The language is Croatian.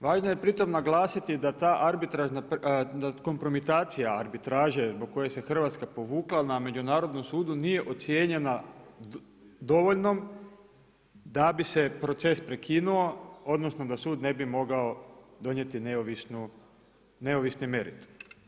Važno je pri tom naglasiti da kompromitacija arbitraže zbog koje se Hrvatska povukla na međunarodnom sudu nije ocijenjena dovoljnom da bi se proces prekinuo odnosno da sud ne bi mogao donijeti neovisni meritum.